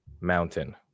Mountain